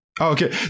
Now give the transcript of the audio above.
Okay